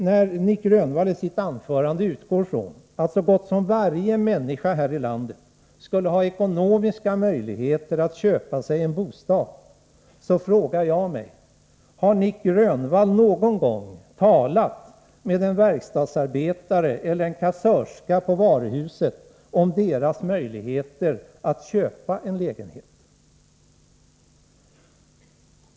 När Nic Grönvall i sitt anförande utgår från att så gott som varje människa här i landet skulle ha ekonomiska möjligheter att köpa sig en bostad, frågar jag mig: Har Nic Grönvall någon gång talat med en verkstadsarbetare eller med en kassörska på varuhuset om deras möjligheter att köpa en lägenhet?